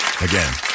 Again